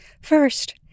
First